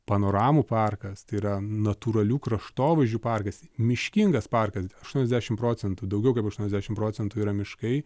panoramų parkas tai yra natūralių kraštovaizdžių parkas miškingas parkas aštuoniasdešimt procentų daugiau kaip aštuoniasdešimt procentų yra miškai